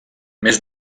més